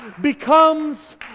becomes